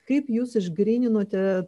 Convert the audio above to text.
kaip jūs išgryninote